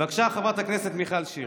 בבקשה, חברת הכנסת מיכל שיר.